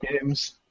games